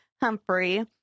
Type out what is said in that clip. Humphrey